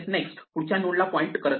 next पुढच्या node ला point करत आहे